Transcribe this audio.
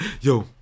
Yo